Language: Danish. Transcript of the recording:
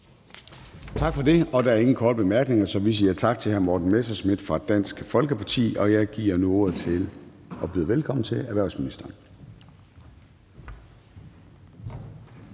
Tak for det. Der er ingen korte bemærkninger, så vi siger tak til hr. Morten Messerschmidt fra Dansk Folkeparti. Jeg giver nu ordet til og byder velkommen til erhvervsministeren.